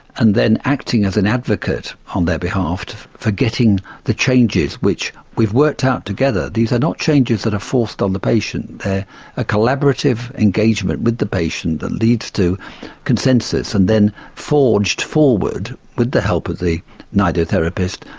and then acting as an advocate on their behalf for getting the changes which we've worked out together. these are not changes that are forced on the patient, they are a collaborative engagement with the patient that leads to consensus and then forged forward with the help of the nidotherapist.